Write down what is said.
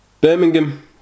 Birmingham